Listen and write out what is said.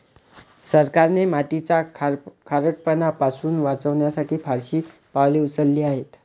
सरकारने मातीचा खारटपणा पासून वाचवण्यासाठी फारशी पावले उचलली आहेत